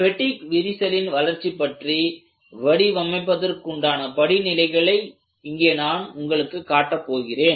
பெடிக் விரிசலின் வளர்ச்சி பற்றி வடிவமைப்பதற்குண்டான படிநிலைகளை இங்கே நான் உங்களுக்கு காட்டப் போகிறேன்